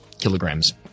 kilograms